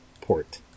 port